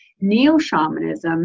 neo-shamanism